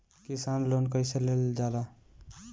किसान लोन कईसे लेल जाला?